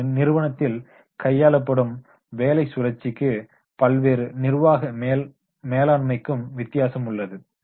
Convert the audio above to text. ஒரு நிறுவனத்தில் கையாளப்படும் வேலை சுழற்சிக்கும் பல்வேறு நிர்வாக மேலாண்மைக்கும் வித்தியாசம் உள்ளது